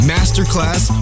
Masterclass